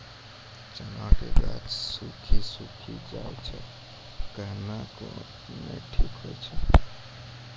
चना के गाछ सुखी सुखी जाए छै कहना को ना ठीक हो छै?